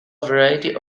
variety